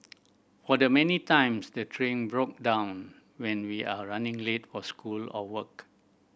for the many times the train broke down when we are running late for school or work